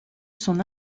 son